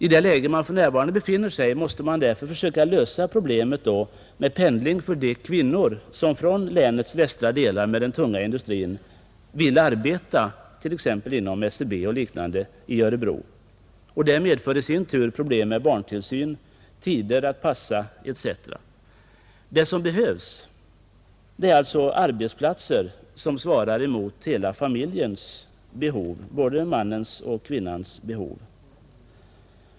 I det läge där man för närvarande befinner sig måste man därför försöka lösa problemet med pendling för de kvinnor, som bor i länets västra delar med den tunga industrin men vill arbeta t.ex. inom SCB i Örebro. Det medför i sin tur problem med barntillsyn, tider att passa etc. Det som behövs är alltså arbetsplatser som svarar emot hela familjens behov, mot både 9 mannens och kvinnans behov.